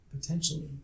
potentially